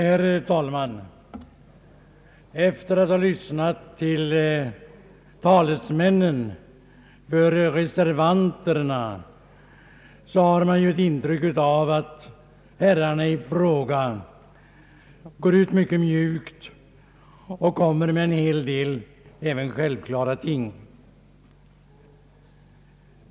Herr talman! Efter att ha lyssnat till talesmännen för reservanterna har man ett intryck av att herrarna i fråga går ut mycket mjukt och kommer med en hel del även självklara ting.